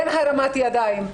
אין הרמת ידיים.